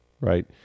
right